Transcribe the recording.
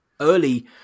early